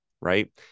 right